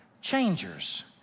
changers